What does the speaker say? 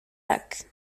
lac